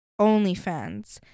OnlyFans